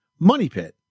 MONEYPIT